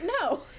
no